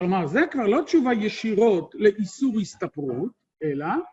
כלומר, זה כבר לא תשובה ישירות לאיסור הסתפרות, אלא...